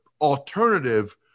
alternative